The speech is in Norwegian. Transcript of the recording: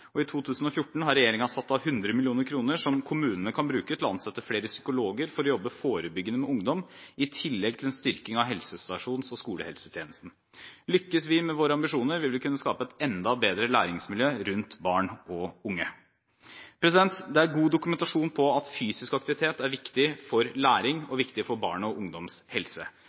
helse. I 2014 har regjeringen satt av 100 mill. kr som kommunene kan bruke til å ansette flere psykologer for å jobbe forebyggende med ungdom, i tillegg til en styrking av helsestasjons- og skolehelsetjenesten. Lykkes vi med våre ambisjoner, vil vi kunne skape et enda bedre læringsmiljø rundt barn og unge. Det er god dokumentasjon på at fysisk aktivitet er viktig for læring og viktig for barn og ungdoms helse.